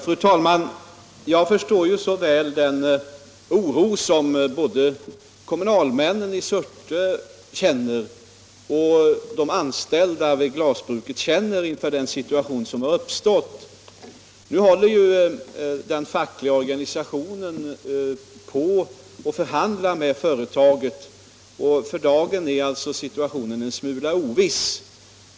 Fru talman! Jag förstår så väl den oro som både kommunalmännen i Surte och de anställda vid glasbruket känner inför den situation som har uppstått. Nu håller den fackliga organisationen på och förhandlar med företaget, och för dagen är situationen en smula oviss.